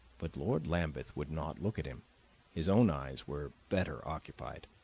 but lord lambeth would not look at him his own eyes were better occupied.